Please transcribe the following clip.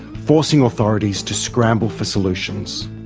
forcing authorities to scramble for solutions.